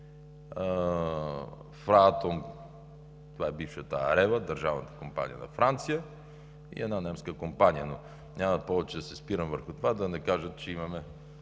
„ФранАтом“ – това е бившата „Areva“, държавната компания на Франция, и една немска компания. Няма повече да се спирам върху това, за да не кажат, че имаме